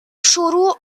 شروع